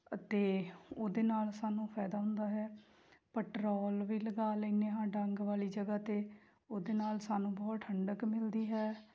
ਅਤੇ ਉਹਦੇ ਨਾਲ ਸਾਨੂੰ ਫਾਇਦਾ ਹੁੰਦਾ ਹੈ ਪੈਟਰੋਲ ਵੀ ਲਗਾ ਲੈਂਦੇ ਹਾਂ ਡੰਗ ਵਾਲੀ ਜਗ੍ਹਾ 'ਤੇ ਉਹਦੇ ਨਾਲ ਸਾਨੂੰ ਬਹੁਤ ਠੰਡਕ ਵੀ ਮਿਲਦੀ ਹੈ